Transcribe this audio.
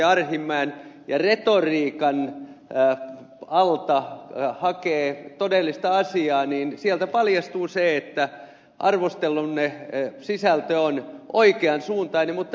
arhinmäen ja retoriikan alta hakee todellista asiaa niin sieltä paljastuu se että arvostelunne sisältö on oikean suuntainen mutta riittämätön